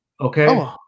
okay